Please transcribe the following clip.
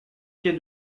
quai